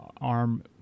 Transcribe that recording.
arm